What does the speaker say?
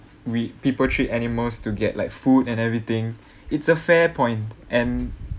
we people treat animals to get like food and everything it's a fair point and